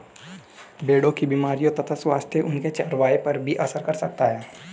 भेड़ों की बीमारियों तथा स्वास्थ्य उनके चरवाहों पर भी असर कर सकता है